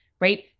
right